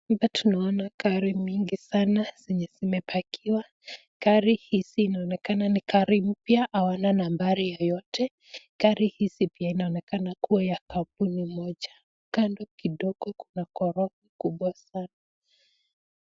Hapa tunaona gari mingi sana zenye zimepakiwa. Gari hizi inaonekana ni gari mpya hawana nambari yoyote. Gari hizi pia inaonekana kuwa ya kampuni moja. Kando kidogo kuna ghorofa kubwa sana.